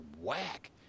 whack